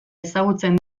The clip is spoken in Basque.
ezagutzen